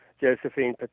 Josephine